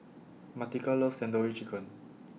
Martika loves Tandoori Chicken